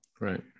Right